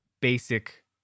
basic